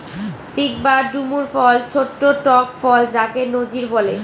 fig বা ডুমুর ফল ছোট্ট টক ফল যাকে নজির বলে